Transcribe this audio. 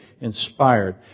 inspired